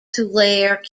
tulare